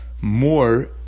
more